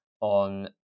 on